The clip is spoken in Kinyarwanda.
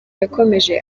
yakomeje